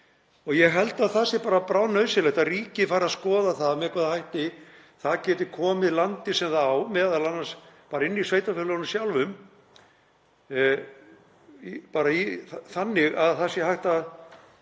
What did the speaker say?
og ég held að það sé bara bráðnauðsynlegt að ríkið fari að skoða með hvaða hætti það geti komið landi sem það á, m.a. bara í sveitarfélögunum sjálfum, þannig að það sé hægt að